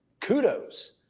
kudos